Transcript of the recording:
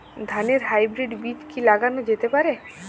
ধানের হাইব্রীড বীজ কি লাগানো যেতে পারে?